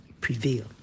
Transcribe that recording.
prevail